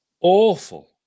Awful